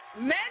men